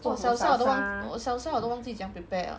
!wah! salsa 我都忘我都忘记这么样 prepared liao